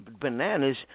bananas